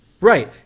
Right